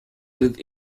with